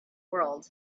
world